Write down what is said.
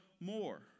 more